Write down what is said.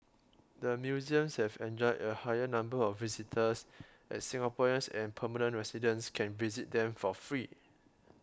the museums have enjoyed a higher number of visitors as Singaporeans and permanent residents can visit them for free